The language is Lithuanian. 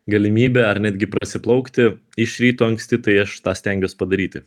galimybė ar netgi prasiplaukti iš ryto anksti tai aš tą stengiuos padaryti